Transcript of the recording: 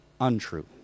untrue